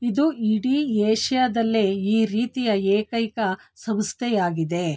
ಇದು ಇಡೀ ಏಷ್ಯಾದಲ್ಲೇ ಈ ರೀತಿಯ ಏಕೈಕ ಸಂಸ್ಥೆಯಾಗಿದೆ